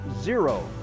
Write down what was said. zero